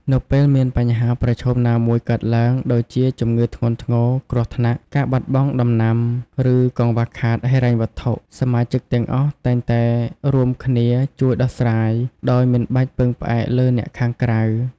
នៅពេលមានបញ្ហាប្រឈមណាមួយកើតឡើង ដូចជាជំងឺធ្ងន់ធ្ងរ គ្រោះថ្នាក់ ការបាត់បង់ដំណាំ ឬកង្វះខាតហិរញ្ញវត្ថុ សមាជិកទាំងអស់តែងតែរួមគ្នាជួយដោះស្រាយ ដោយមិនបាច់ពឹងផ្អែកលើអ្នកខាងក្រៅ។